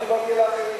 לא דיברתי על האחרים,